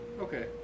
Okay